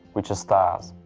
which are stars.